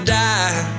die